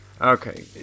Okay